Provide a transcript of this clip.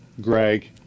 Greg